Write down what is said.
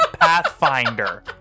Pathfinder